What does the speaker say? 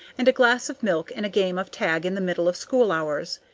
and a glass of milk and a game of tag in the middle of school hours.